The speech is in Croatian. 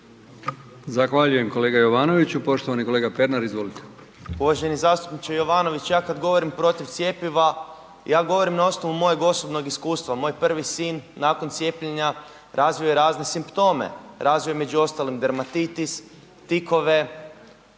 Zahvaljujem kolega Jovanoviću. Poštovani kolega Pernar, izvolite. **Pernar, Ivan (SIP)** Uvaženi zastupniče Jovanović, ja kad govorim protiv cjepiva ja govorim na osnovu mojeg osobnog iskustva. Moj prvi sin nakon cijepljenja razvio je razne simptome, razvio je među ostalim dermatitis, tikove,